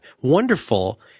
wonderful